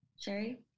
sherry